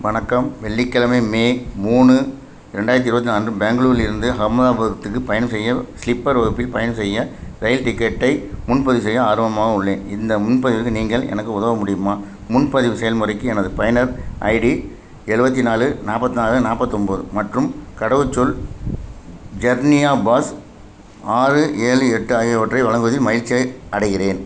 வணக்கம் வெள்ளிக்கிழமை மே மூணு ரெண்டாயிரத்தி இருபத்தி நாலு அன்று பெங்களூரில் இருந்து அகமதாபாத்துக்கு பயணம் செய்ய ஸ்லிப்பர் வகுப்பில் பயணம் செய்ய இரயில் டிக்கெட்டை முன்பதிவு செய்ய ஆர்வமாக உள்ளேன் இந்த முன்பதிவுக்கு நீங்கள் எனக்கு உதவ முடியுமா முன்பதிவு செயல்முறைக்கு எனது பயனர் ஐடி எழுவத்தி நாலு நாற்பத்நாலு நாற்பத்தொம்போது மற்றும் கடவுச்சொல் ஜர்னியா பாஸ் ஆறு ஏழு எட்டு ஆகியவற்றை வழங்குவதில் மகிழ்ச்சியை அடைகிறேன்